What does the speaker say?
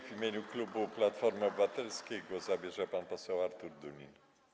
W imieniu klubu Platformy Obywatelskiej głos zabierze pan poseł Artur Dunin.